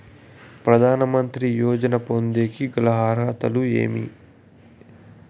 ప్రధాన మంత్రి యోజన పొందేకి గల అర్హతలు ఏమేమి?